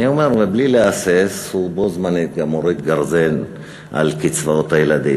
אני אומר ובלי להסס שהוא בו בזמן גם מוריד גרזן על קצבאות הילדים.